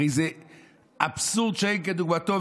הרי זה אבסורד שאין כדוגמתו,